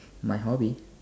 my hobby